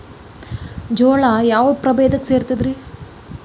ಜೋಳವು ಯಾವ ಪ್ರಭೇದಕ್ಕ ಸೇರ್ತದ ರೇ?